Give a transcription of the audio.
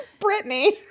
Britney